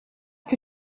que